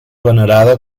venerada